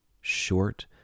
short